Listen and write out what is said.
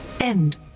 End